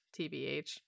tbh